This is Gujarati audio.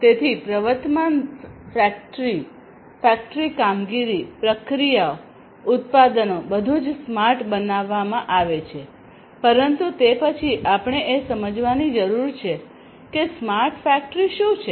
તેથી પ્રવર્તમાન ફેક્ટરી ફેક્ટરી કામગીરી પ્રક્રિયાઓ ઉત્પાદનો બધું જ સ્માર્ટ બનાવવામાં આવે છે પરંતુ તે પછી આપણે એ સમજવાની જરૂર છે કે સ્માર્ટ ફેક્ટરી શું છે